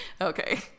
okay